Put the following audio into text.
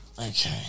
Okay